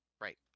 Right